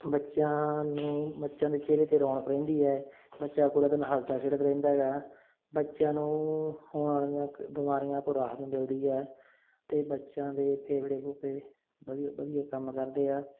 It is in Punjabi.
ਬੱਚਿਆਂ ਨੂੰ ਬੱਚਿਆਂ ਦੇ ਚਿਹਰੇ 'ਤੇ ਰੌਣਕ ਰਹਿੰਦੀ ਹੈ ਬੱਚਾ ਪੂਰਾ ਦਿਨ ਹੱਸਦਾ ਖੇਡਦਾ ਰਹਿੰਦਾ ਗਾ ਬੱਚਿਆਂ ਨੂੰ ਹੋਣ ਵਾਲੀਆਂ ਬਿਮਾਰੀਆਂ ਤੋਂ ਰਾਹਤ ਮਿਲਦੀ ਹੈ ਅਤੇ ਬੱਚਿਆਂ ਦੇ ਫੇਫੜੇ ਫੁਫੜੇ ਵਧੀ ਵਧੀਆ ਕੰਮ ਕਰਦੇ ਆ